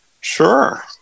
Sure